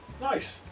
Nice